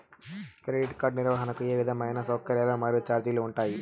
Credit card నిర్వహణకు ఏ విధమైన సౌకర్యాలు మరియు చార్జీలు ఉంటాయా?